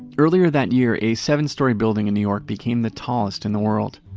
earlier that year, a seven story building in new york became the tallest in the world.